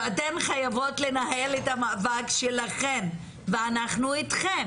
אתן חייבות לנהל את המאבק שלכן ואנחנו אתכן.